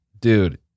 dude